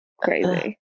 crazy